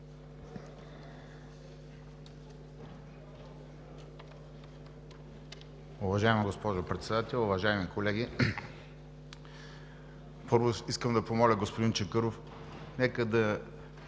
Уважаема госпожо Председател, уважаеми колеги! Първо, искам да помоля господин Чакъров, нека да